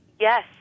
Yes